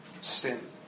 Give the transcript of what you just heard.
sin